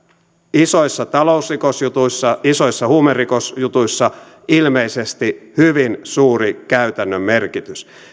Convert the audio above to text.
isoissa talousrikosjutuissa isoissa huumerikosjutuissa ilmeisesti hyvin suuri käytännön merkitys